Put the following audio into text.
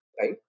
right